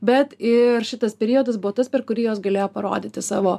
bet ir šitas periodas buvo tas per kurį jos galėjo parodyti savo